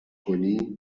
کنی